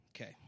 Okay